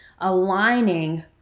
aligning